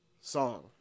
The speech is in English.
Song